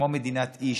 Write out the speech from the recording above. כמו מדינת אי,